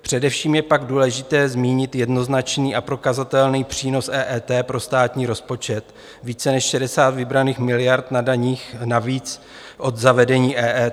Především je pak důležité zmínit jednoznačný a prokazatelný přínos EET pro státní rozpočet více než 60 vybraných miliard na daních navíc od zavedení EET.